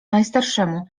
najstarszemu